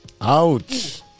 Ouch